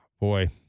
boy